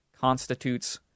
constitutes